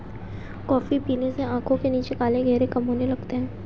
coffee पीने से आंखों के नीचे काले घेरे कम होने लगते हैं